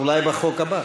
אולי בחוק הבא.